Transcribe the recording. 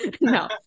No